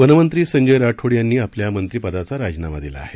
वनमंत्री संजय राठोड यांनी आपल्या मंत्रीपदाचा राजीनामा दिला आहे